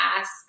ask